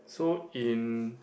so in